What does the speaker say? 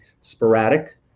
sporadic